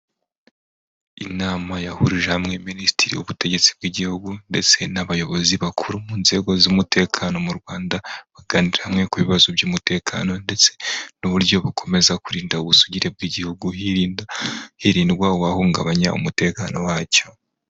Inama yahurije hamwe Minisitiri w'ububutegetsi bw'igihugu ndetse n'abayobozi bakuru mu nzego z'umutekano mu Rwanda, baganirira hamwe ku bibazo by'umutekano ndetse n'uburyo bakomeza kurinda ubusugire bw'igihugu, hirindwa uwahungabanya umutekano wacyo.